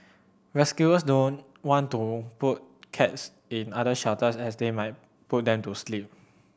rescuers don't want to put cats in other shelters as they might put them to sleep